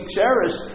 cherish